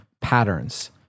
patterns